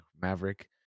Maverick